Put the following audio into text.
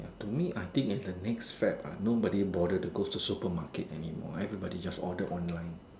to me I think is the next fad uh nobody bother to go to the supermarket anymore everybody just order online